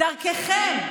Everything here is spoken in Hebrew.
דרככם.